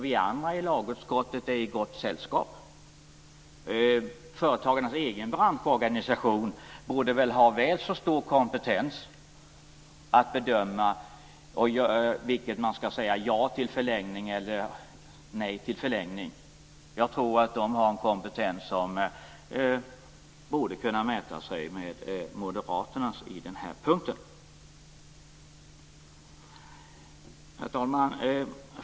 Vi andra i lagutskottet är i gott sällskap. Företagarnas egen branschorganisation borde ha väl så stor kompetens att bedöma om man skall säga ja eller nej till förlängning. Jag tror att man har en kompetens som borde kunna mätas med Moderaternas på denna punkt. Herr talman!